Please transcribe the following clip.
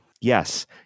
Yes